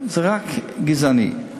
רק גזענית.